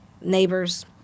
neighbors